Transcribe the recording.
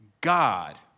God